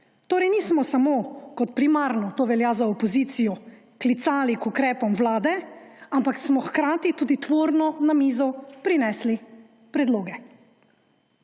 Torej, nismo samo kot primarno, to velja za opozicijo, klicali k ukrepom Vlade, ampak smo hkrati tudi tvorno na mizo prinesli predloge.